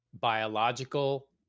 biological